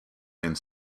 and